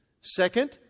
Second